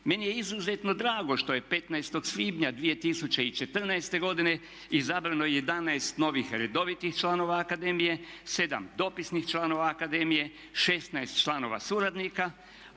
Meni je izuzetno drago što je 15. svibnja 2014. godine izabrano 11 novih redovitih članova akademije, 7 dopisnih članova akademije, 16 članova suradnika